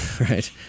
Right